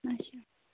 اَچھا